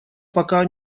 пока